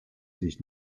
sich